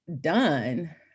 done